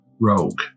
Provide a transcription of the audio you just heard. rogue